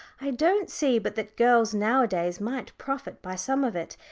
i don't see but that girls nowadays might profit by some of it.